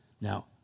now